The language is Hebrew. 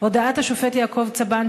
הודעת השופט יעקב צבן,